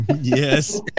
Yes